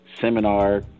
seminar